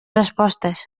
respostes